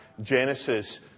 Genesis